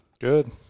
Good